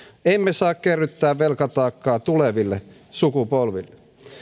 emme saa kerryttää velkataakkaa tuleville sukupolville